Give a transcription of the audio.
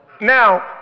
Now